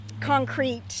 concrete